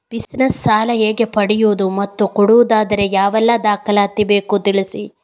Business ಸಾಲ ಹೇಗೆ ಪಡೆಯುವುದು ಮತ್ತು ಕೊಡುವುದಾದರೆ ಯಾವೆಲ್ಲ ದಾಖಲಾತಿ ಬೇಕು ತಿಳಿಸಿ?